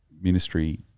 ministry